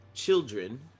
children